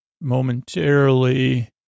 Momentarily